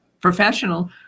professional